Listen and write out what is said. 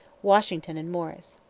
washington and morris.